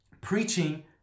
preaching